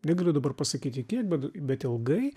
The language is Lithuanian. negaliu dabar pasakyti kiek bet bet ilgai